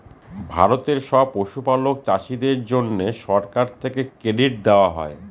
ভারতের সব পশুপালক চাষীদের জন্যে সরকার থেকে ক্রেডিট দেওয়া হয়